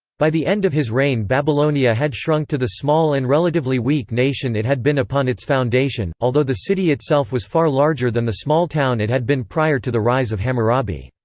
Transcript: by the end of his reign babylonia had shrunk to the small and relatively weak nation it had been upon its foundation, although the city itself was far larger than the small town it had been prior to the rise of hammurabi.